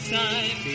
time